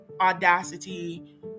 audacity